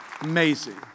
Amazing